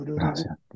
gracias